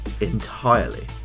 entirely